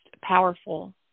powerful